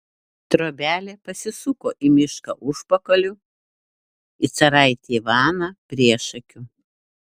trobelė pasisuko į mišką užpakaliu į caraitį ivaną priešakiu